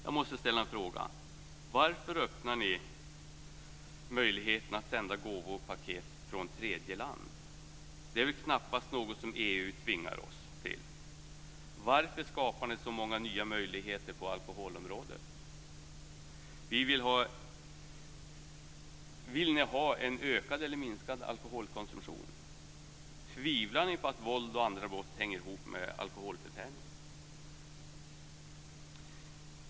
Jag måste ställa en fråga: Varför öppnar ni möjligheten att sända gåvopaket från tredje land? Det är väl knappast något som EU tvingar oss till. Varför skapar ni så många nya möjligheter på alkoholområdet? Vill ni ha en ökad eller minskad alkoholkonsumtion? Tvivlar ni på att våld och andra brott hänger ihop med alkoholförtäring?